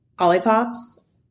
lollipops